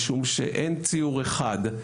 משום שאין ציור אחד,